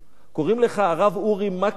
קוראים לך הרב אורי מקלב.